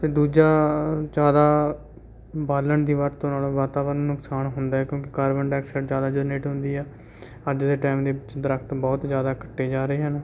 ਅਤੇ ਦੂਜਾ ਜ਼ਿਆਦਾ ਬਾਲਣ ਦੀ ਵਰਤੋਂ ਨਾਲ ਵਾਤਾਵਰਨ ਨੂੰ ਨੁਕਸਾਨ ਹੁੰਦਾ ਹੈ ਕਿਉਂਕਿ ਕਾਰਬਨ ਡਾਈਆਕਸਾਈਡ ਜ਼ਿਆਦਾ ਜਰਨੇਟ ਹੁੰਦੀ ਹੈ ਅੱਜ ਦੇ ਟੈਮ ਦੇ ਵਿੱਚ ਦਰਖ਼ਤ ਬਹੁਤ ਜ਼ਿਆਦਾ ਕੱਟੇ ਜਾ ਰਹੇ ਹਨ